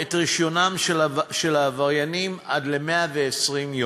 את רישיונם של העבריינים עד ל-120 יום.